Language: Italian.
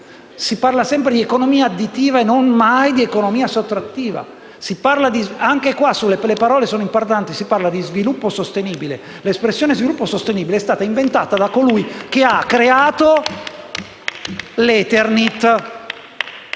si parla sempre di economia additiva e mai di economia sottrattiva. Anche in questo caso, le parole sono importanti. Si parla di sviluppo sostenibile. Ma l'espressione sviluppo sostenibile è stata creata da chi ha creato l'eternit!